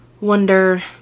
wonder